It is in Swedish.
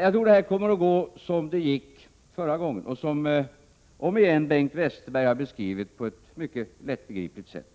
Jag tror att det kommer att gå som det gick förra gången och som — omigen —- Bengt Westerberg har beskrivit på ett mycket lättbegripligt sätt.